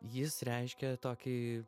jis reiškia tokį